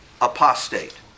apostate